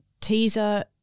teaser